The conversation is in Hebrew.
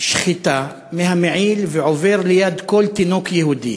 שחיטה מהמעיל ועובר ליד כל תינוק יהודי,